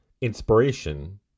inspiration